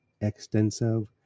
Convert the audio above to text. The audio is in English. extensive